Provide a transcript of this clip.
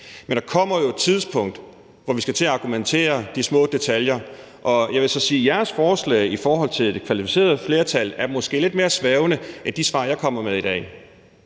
Men der kommer jo et tidspunkt, hvor vi skal til at argumentere for de små detaljer. Og jeg vil sige, at jeres forslag om et kvalificeret flertal måske er lidt mere svævende end de svar, jeg kommer med i dag.